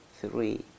three